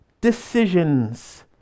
decisions